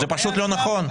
זה פשוט לא נכון.